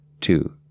two